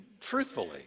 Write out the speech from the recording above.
truthfully